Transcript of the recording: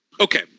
Okay